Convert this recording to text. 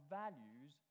values